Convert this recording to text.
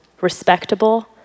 respectable